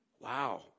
Wow